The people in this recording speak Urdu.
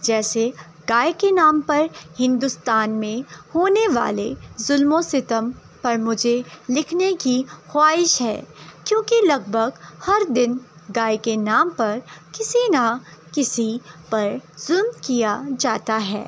جیسے گائے کے نام پر ہندوستان میں ہونے والے ظلم و ستم پر مجھے لکھنے کی خواہش ہے کیوںکہ لگ بھگ ہر دن گائے کے نام پر کسی نہ کسی پر ظلم کیا جاتا ہے